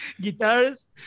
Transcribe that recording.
guitars